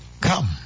Come